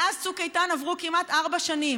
מאז צוק איתן עברו כמעט ארבע שנים.